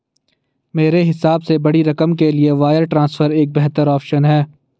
मेरे हिसाब से बड़ी रकम के लिए वायर ट्रांसफर एक बेहतर ऑप्शन है